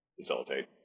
facilitate